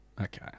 Okay